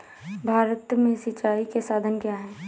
भारत में सिंचाई के साधन क्या है?